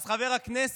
אז חבר הכנסת